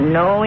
no